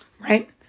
right